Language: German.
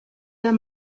der